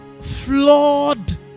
flawed